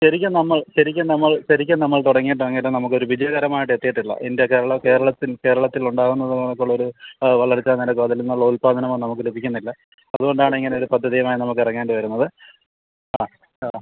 ശെരിക്കും നമ്മൾ ശെരിക്കും നമ്മൾ ശെരിക്കും നമ്മൾ തുടങ്ങിയ തുടങ്ങിയിട്ട് നമുക്ക് ഒരു വിജയകരമായിട്ടെത്തിയിട്ടില്ല ഇന്ത്യ കേരള കേരളത്തിൽ കേരളത്തിൽ ഉണ്ടാകുന്നത് പോണക്കൊള്ളൊര് വളർച്ചാ നെരക്കോ അതിൽ നിന്നൊള്ള ഉൽപാദനമോ നമക്ക് ലഭിക്കുന്നില്ല അത്കൊണ്ടാണ് ഇങ്ങനെയൊര് പദ്ധതിയുമായി നമക്കെറങ്ങേണ്ടി വെരുന്നത് ആ ആ